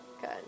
Good